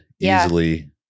easily